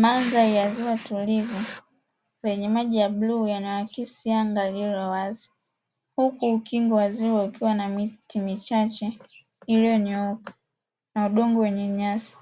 Mandhari ya ziwa tulivu lenye maji ya bluu yanayoakisi anga lililo wazi, huku ukingo wa ziwa ukiwa na miti michache iliyonyooka na udongo wenye nyasi